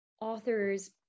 author's